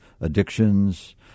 addictions